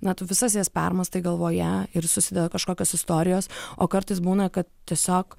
na tų visas jas permąstai galvoje ir susideda kažkokios istorijos o kartais būna kad tiesiog